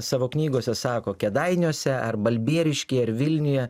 savo knygose sako kėdainiuose ar balbieriškyje ar vilniuje